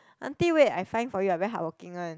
auntie wait I find for you I very hardworking one